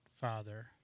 father